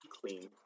clean